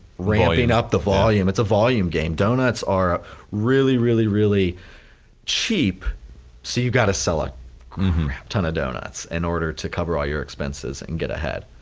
ramping up the volume, it's a volume game. donuts are really really really cheap so you gotta sell a ton of donuts, in order to cover all your expenses and get ahead.